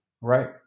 Right